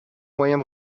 moyens